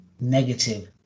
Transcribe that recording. negative